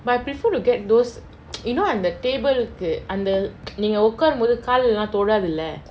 but I prefer to get those you know அந்த:antha table கு அந்த:ku antha நீங்க உக்காருபோது கால்லா தொடாதுல:neenga ukkarupothu kaalla thodathula